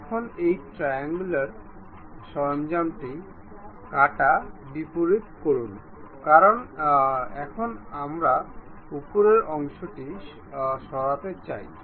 এখন আসুন আমরা এই প্লেনটি নির্বাচন করি এবং এই মুখটি এখন একে অপরের প্যারালেল হয়ে উঠেছে